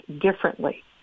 differently